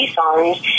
songs